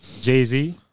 Jay-Z